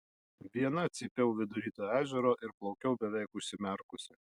viena cypiau vidury to ežero ir plaukiau beveik užsimerkusi